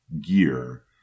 gear